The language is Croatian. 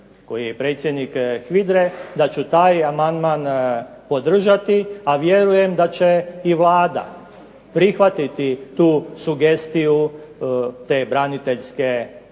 koji je i predsjednik HVIDRA-e da ću taj amandman podržati, a vjerujem da će i Vlada prihvatiti tu sugestiju te braniteljske udruge,